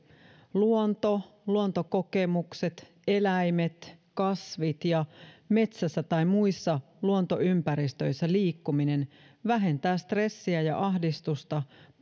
luonto luontokokemukset eläimet kasvit ja metsässä tai muissa luontoympäristöissä liikkuminen vähentävät stressiä ja ahdistusta